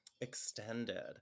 Extended